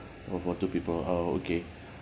oh for two people uh okay